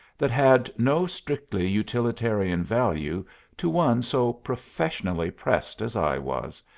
that had no strictly utilitarian value to one so professionally pressed as i was,